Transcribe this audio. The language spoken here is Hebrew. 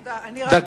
תודה.